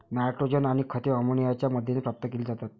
nitrogen आणि खते अमोनियाच्या मदतीने प्राप्त केली जातात